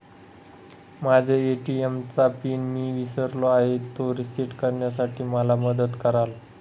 माझ्या ए.टी.एम चा पिन मी विसरलो आहे, तो रिसेट करण्यासाठी मला मदत कराल?